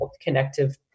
connective